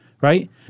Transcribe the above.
right